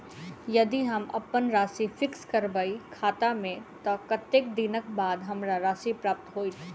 यदि हम अप्पन राशि फिक्स करबै खाता मे तऽ कत्तेक दिनक बाद हमरा राशि प्राप्त होइत?